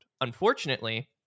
Unfortunately